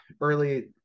early